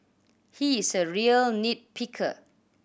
he is a real nit picker